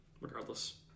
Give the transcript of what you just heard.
regardless